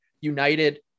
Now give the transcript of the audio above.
United